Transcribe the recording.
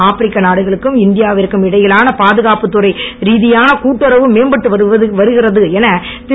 ஆப்ரிக்க நாடுகளுக்கும் இந்தியாவிற்கும் இடையிலான பாதுகாப்பு துறை ரீதியான கூட்டுறவு மேம்பட்டு வருகிறது என திரு